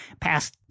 past